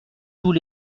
tous